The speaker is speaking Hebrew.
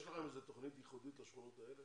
יש לכם תוכנית ייחודית לשכונות האלה